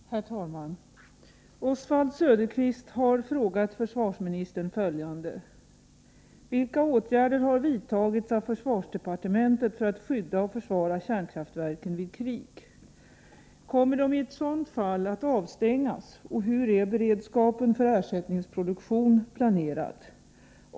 Herr talman! Oswald Söderqvist har frågat försvarsministern följande. 2. Kommer de i ett sådant fall att avstängas, och hur är beredskapen för ersättningsproduktion planerad? 3.